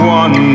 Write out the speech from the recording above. one